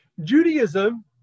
Judaism